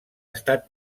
estat